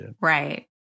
Right